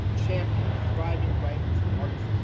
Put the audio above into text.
champion the thriving writers and artists